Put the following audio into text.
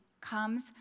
comes